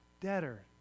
debtor